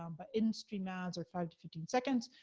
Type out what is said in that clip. um but in-stream ads are five to fifteen seconds.